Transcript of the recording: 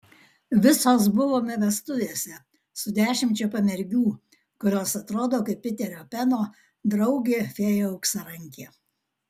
visos buvome vestuvėse su dešimčia pamergių kurios atrodo kaip piterio peno draugė fėja auksarankė